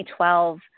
2012